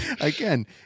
Again